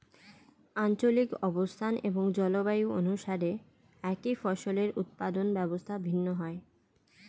আঞ্চলিক অবস্থান এবং জলবায়ু অনুসারে একই ফসলের উৎপাদন ব্যবস্থা ভিন্ন হয়